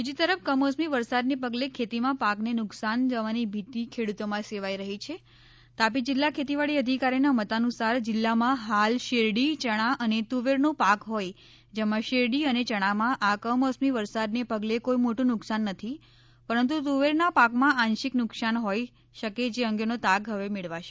બીજી તરફ કમોસમી વરસાદને પગલે ખેતીમાં પાકને નુકશાન જવાની ભીતિ ખેડૂતોમાં સેવાઇ રહી છે તાપી જિલ્લા ખેતીવાડી અધિકારીના મતાનુસાર જિલ્લામાં હાલ શેરડી ચણા અને તુવેરનો પાક હોય જેમાં શેરડી અને ચણામાં આ કમો સમી વરસાદને પગલે કોઈ મોટું નુકસાન નથી પરંતુ તુવેરના પાકમાં આંશિક નુકશાન હોય શકે જે અંગેનો તાગ હવે મેળવાશે